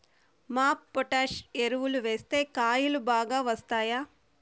MOP potash ఎరువులు వేస్తే కాయలు బాగా వస్తాయా?